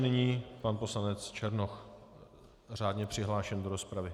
Nyní pan poslanec Černoch, řádně přihlášený do rozpravy.